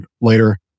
later